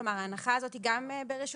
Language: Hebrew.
כלומר, ההנחה הזאת היא גם ברשות?